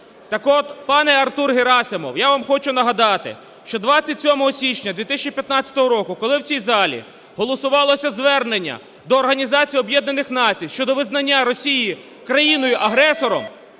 Так от, пане Артур Герасимов, я вам хочу нагадати, що 27 січня 2015 року, коли в цій залі голосувалося звернення до Організації Об'єднаних Націй щодо визнання Росії країною-агресором,